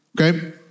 okay